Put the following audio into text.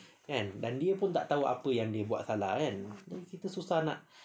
kan dan dia pun tak tahu apa yang dia buat salah kan kita susah nak